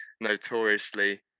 notoriously